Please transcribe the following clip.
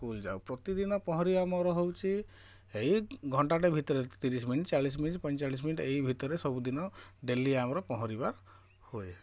school ଯାଉ ପ୍ରତିଦିନ ପହଁରିବା ମୋର ହେଉଛି ଏହି ଘଣ୍ଟାଟେ ଭିତରେ ତିରିଶ ମିନିଟ୍ ଚାଳିଶ ମିନିଟ୍ ପଇଁଚାଳିଶ ମିନିଟ୍ ଏହି ଭିତରେ ସବୁଦିନ ଡେଲି ଆମର ପହଁରିବା ହୁଏ